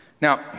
Now